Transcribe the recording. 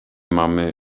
mamy